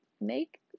make